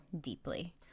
deeply